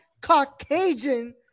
Caucasian